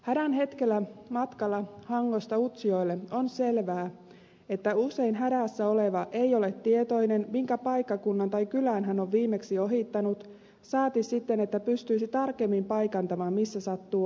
hädän hetkellä matkalla hangosta utsjoelle on selvää että usein hädässä oleva ei ole tietoinen minkä paikkakunnan tai kylän hän on viimeksi ohittanut saati sitten että pystyisi tarkemmin paikantamaan missä sattuu olemaan